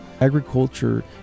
Agriculture